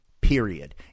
period